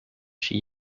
she